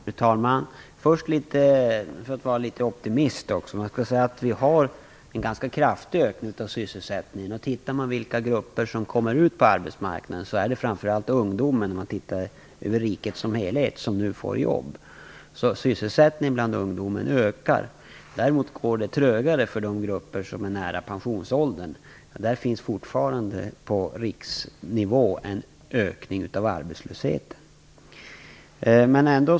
Fru talman! Man kan vara litet optimist också. Vi har en ganska kraftig ökning av sysselsättningen i landet. De grupper som kommer ut på arbetsmarknaden är framför allt ungdomar, sett över riket som helhet. Sysselsättningen bland ungdomen ökar alltså. Däremot går det trögare för de grupper som är nära pensionsåldern. Det finns fortfarande på riksnivå en ökning av arbetslösheten inom den gruppen.